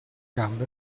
gambe